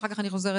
ואחר כך אני חוזרת